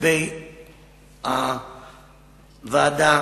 לגבי הוועדה